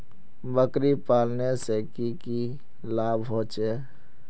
बकरी पालने से की की लाभ होचे?